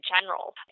general